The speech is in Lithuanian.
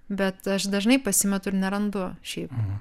bet aš dažnai pasimetu ir nerandu šiaip